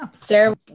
Sarah